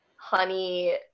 Honey